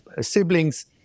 siblings